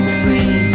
free